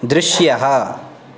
दृश्यः